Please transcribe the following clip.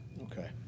Okay